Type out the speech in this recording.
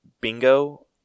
Bingo